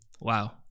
Wow